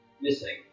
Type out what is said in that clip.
missing